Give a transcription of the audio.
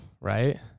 Right